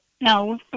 No